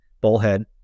bullhead